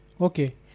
Okay